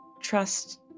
trust